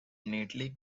neatly